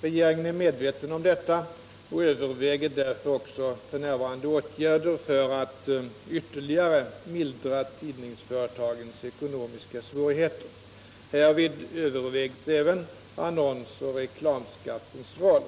Regeringen är medveten om detta och överväger därför också f. n. åtgärder för att ytterligare mildra tidningsföretagens ekonomiska svårigheter. Härvid övervägs även annonsoch reklamskattens roll.